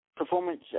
Performance